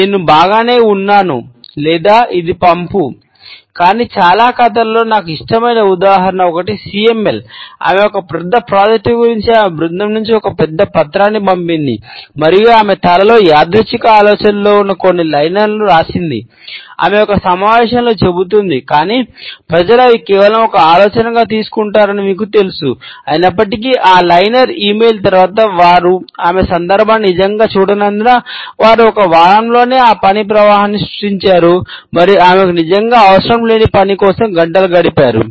నేను బాగానే ఉంటాను లేదా నాకు ఇది పంపు కాని చాలా కథలలో నాకు ఇష్టమైన ఉదాహరణ ఒకటి సి ఎం ఎల్ తర్వాత వారు ఆమె సందర్భాన్ని నిజంగా చూడనందున వారు ఒక వారంలోనే ఒక పని ప్రవాహాన్ని సృష్టించారు మరియు ఆమెకు నిజంగా అవసరం లేని పని కోసం గంటలు గడిపారు